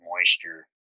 moisture